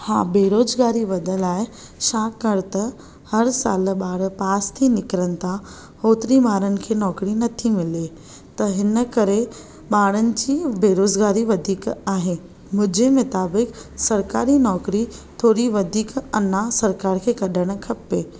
हा बेरोज़गारी वधियलु आहे छाकाणि त हर साल ॿार पास थी निकिरनि था ओतिरी ॿारनि खे नौकरी नथी मिले त हिन करे ॿारनि जी बेरोज़गारी वधीक आहे मुंहिंजे मुताबिक सरकारी नौकरी थोरी वधीक अञां सरकार खे कढणु खपे